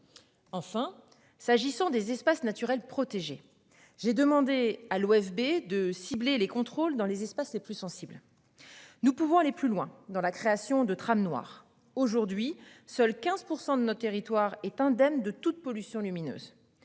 Enfin s'agissant des espaces naturels protégés. J'ai demandé à l'OFB de cibler les contrôles dans les espaces les plus sensibles. Nous pouvons aller plus loin dans la création de tram noir. Aujourd'hui, seuls 15% de notre territoire est indemne de toute pollution lumineuse.